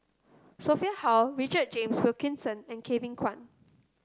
Sophia Hull Richard James Wilkinson and Kevin Kwan